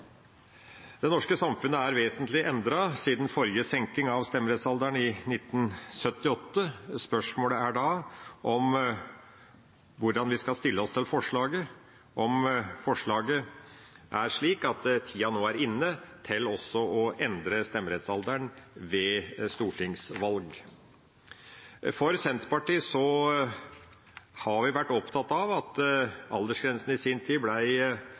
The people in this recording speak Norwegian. Det norske samfunnet er vesentlig endret siden forrige senking av stemmerettsalderen – i 1978. Spørsmålet er da hvordan vi skal stille oss til forslaget, om forslaget er slik at tida nå er inne til også å endre stemmerettsalderen ved stortingsvalg. I Senterpartiet har vi vært opptatt av at aldersgrensene i sin tid